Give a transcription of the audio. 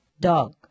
dog